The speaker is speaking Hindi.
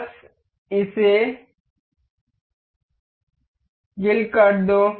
बस इसे किल करो